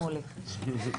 שמוליק.